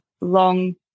long